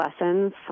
lessons